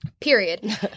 Period